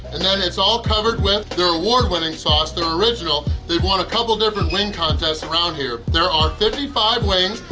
and then it's all covered with their award-winning sauce, their original. they've won a couple different wing contests around here. there are fifty five wings,